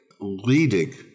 leading